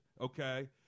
okay